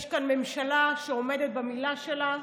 יש כאן ממשלה שעומדת במילה שלה,